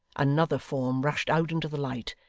another form rushed out into the light,